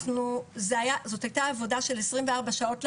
זאת הייתה עבודה של 24 שעות,